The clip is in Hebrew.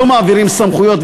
לא מעבירים סמכויות,